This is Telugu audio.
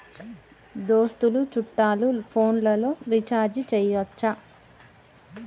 దోస్తులు చుట్టాలు ఫోన్లలో రీఛార్జి చేయచ్చా?